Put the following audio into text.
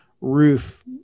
roof